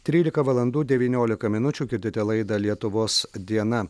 trylika valandų devyniolika minučių girdite laidą lietuvos diena